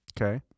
Okay